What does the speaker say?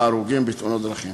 ההרוגים בתאונות דרכים.